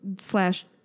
slash